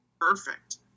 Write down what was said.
perfect